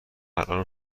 الان